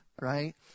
right